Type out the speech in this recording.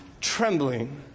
Trembling